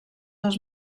als